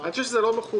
אני חושב שזה לא מכובד.